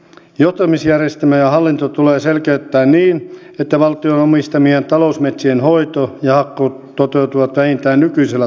johtamisjärjestelmä ja hallinto tulee selkeyttää niin että valtion omistamien talousmetsien hoito ja hakkuu toteutuvat vähintään nykyisellä tasolla